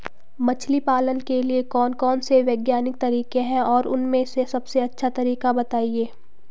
मछली पालन के लिए कौन कौन से वैज्ञानिक तरीके हैं और उन में से सबसे अच्छा तरीका बतायें?